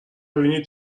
ببینید